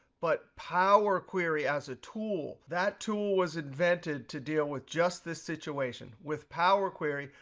but power query, as a tool, that tool was invented to deal with just this situation. with power query,